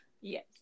Yes